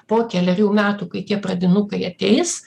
po kelerių metų kai tie pradinukai ateis